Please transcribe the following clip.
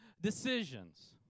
decisions